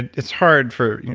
and it's hard for.